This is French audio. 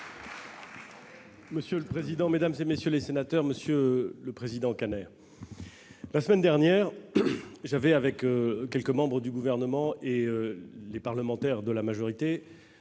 Monsieur le président, mesdames, messieurs les sénateurs, monsieur le président Kanner, la semaine dernière, avec quelques membres du Gouvernement et les parlementaires de la majorité,